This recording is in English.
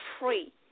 free